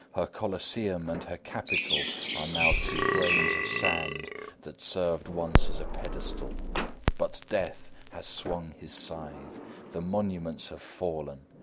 her coliseum and her capitol are now two grains of sands that served once as a pedestal but death has swung his scythe the monuments have fallen.